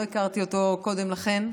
לא הכרתי אותו קודם לכן.